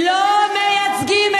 אז מה, הם בוגדים?